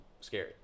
scary